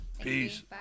peace